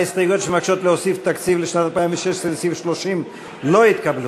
ההסתייגויות שמבקשות להוסיף תקציב לסעיף 30 לשנת 2016 לא התקבלו.